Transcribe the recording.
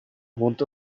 want